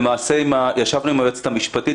אני אומר לאדוני שיעלה העבריין מארגון הפשיעה,